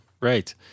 right